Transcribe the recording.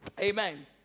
Amen